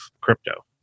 crypto